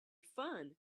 fun